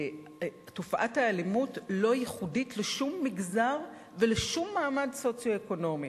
תופעת האלימות לא ייחודית לשום מגזר ולשום מעמד סוציו-אקונומי.